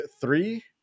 three